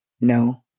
no